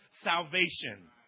salvation